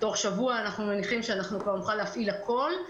תוך שבוע אנחנו מניחים שנוכל כבר להפעיל הכול.